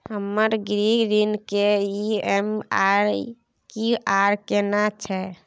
हमर गृह ऋण के ई.एम.आई की आर केना छै?